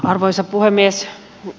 arvoisa puhemies